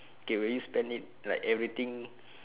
okay will you spend it like everything